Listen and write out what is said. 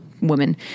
Women